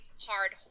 hard –